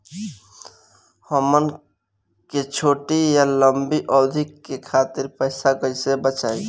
हमन के छोटी या लंबी अवधि के खातिर पैसा कैसे बचाइब?